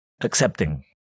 accepting